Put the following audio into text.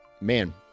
man